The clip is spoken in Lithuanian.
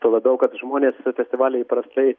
tuo labiau kad žmonės festivaly įprastai